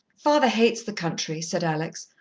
father hates the country, said alex.